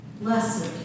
blessed